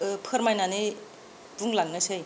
फोरमायनानै बुंलांनोसै